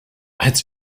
als